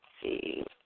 see